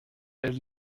elle